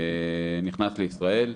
נכנס לישראל,